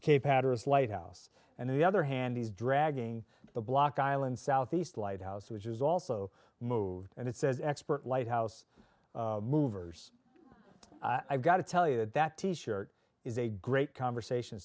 cape hatteras lighthouse and the other hand he's dragging the block island southeast lighthouse which is also moved and it says expert lighthouse movers i've got to tell you that that t shirt is a great conversation